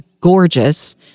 gorgeous